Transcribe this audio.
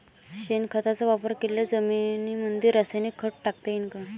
शेणखताचा वापर केलेल्या जमीनीमंदी रासायनिक खत टाकता येईन का?